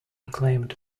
claimed